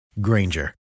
Granger